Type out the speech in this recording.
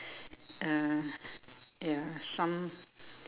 uh ya some